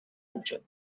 میشد